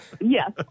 Yes